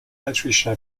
patricia